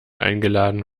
eingeladen